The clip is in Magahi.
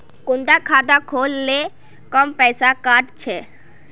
कुंडा खाता खोल ले कम पैसा काट छे?